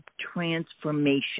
transformation